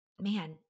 man